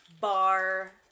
bar